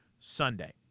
Sunday